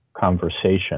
conversation